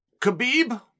Khabib